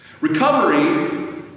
Recovery